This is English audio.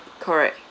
correct